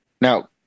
Now